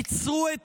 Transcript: עצרו את